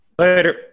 Later